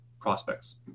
prospects